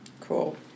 Cool